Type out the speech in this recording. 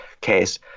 case